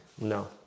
No